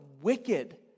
wicked